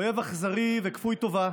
אויב אכזרי וכפוי טובה,